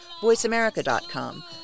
voiceamerica.com